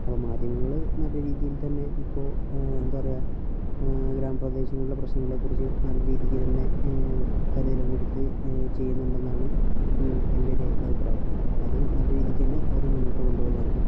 അപ്പോൾ മാധ്യമങ്ങൾ നല്ല രീതിയിൽ തന്നെ ഇപ്പോൾ എന്താ പറയുക ഗ്രാമപ്രദേശങ്ങളുടെ പ്രശ്നങ്ങളെക്കുറിച്ച് നല്ല രീതിയ്ക്ക് തന്നെ കരുതലൊക്കെ എടുത്ത് ചെയ്യുന്നുണ്ടെന്നാണ് എൻ്റെ ഒരു അഭിപ്രായം അത് നല്ല രീതിയ്ക്ക് തന്നെ അവർ മുന്നോട്ടു കൊണ്ടുപോകുന്നുണ്ട്